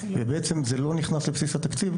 ובעצם זה לא נכנס לבסיס התקציב?